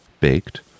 Baked